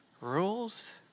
rules